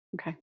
okay